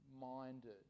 minded